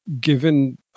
given